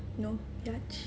no biatch